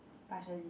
partially